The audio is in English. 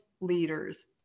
leaders